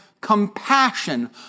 compassion